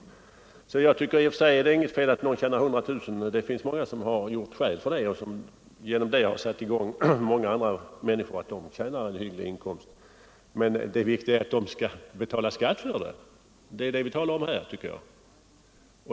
I och för sig tycker jag inte det är något fel att någon tjänar 100 000 — det finns många som har gjort skäl för den inkomsten och som därigenom har berett många andra människor arbete, så att de tjänar hyggligt. Det viktiga är dock att de skall betala skatt för sin inkomst; det är ju det vi talar om här.